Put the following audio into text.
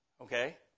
Okay